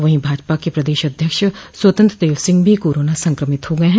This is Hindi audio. वहीं भाजपा के प्रदेश अध्यक्ष स्वतंत्र देव सिंह भी कोरोना संक्रमित हो गये हैं